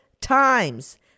times